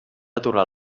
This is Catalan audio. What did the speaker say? aturar